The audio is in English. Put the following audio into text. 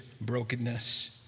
brokenness